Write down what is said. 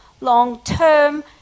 long-term